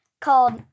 called